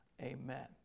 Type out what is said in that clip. amen